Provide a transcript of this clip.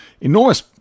Enormous